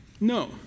No